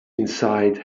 inside